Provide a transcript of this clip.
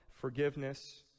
forgiveness